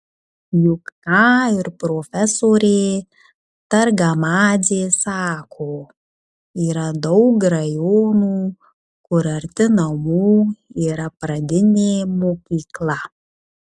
juk ką ir profesorė targamadzė sako yra daug rajonų kur arti namų yra pradinė mokykla